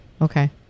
okay